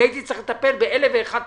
אני הייתי צריך לטפל ב-1,001 תקציבים,